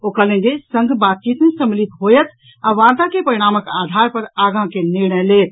ओ कहलनि जे संघ बातचीत मे सम्मिलित होयत आ वार्ता के परिणामक आधार पर आगूँ के निर्णय लेत